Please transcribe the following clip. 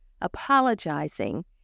apologizing